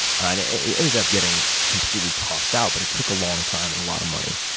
and it ended up getting completely tossed out but it took a long time and a lot of money.